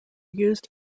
used